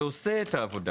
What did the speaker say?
ועושה אותה.